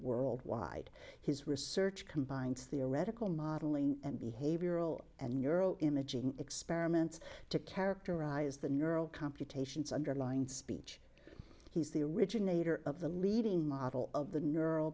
worldwide his research combines theoretical modeling and behavioral and neural imaging experiments to characterize the neural computations underlying speech he's the originator of the leading model of the